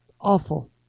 awful